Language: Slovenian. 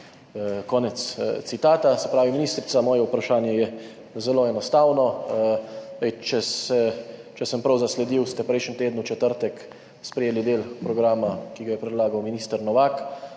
Konec citata. Ministrica, moje vprašanje je zelo enostavno. Če sem prav zasledil, ste prejšnji teden v četrtek sprejeli del programa, ki ga je predlagal minister Novak.